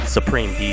Supreme